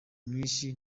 myinshi